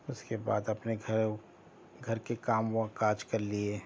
اس کے بعد اپنے گھر گھر کے کام و کاج کر لئے